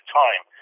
time